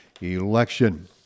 election